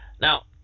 Now